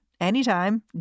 anytime